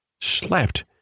slept